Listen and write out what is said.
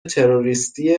تروریستی